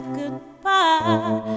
goodbye